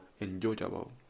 enjoyable